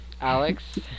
Alex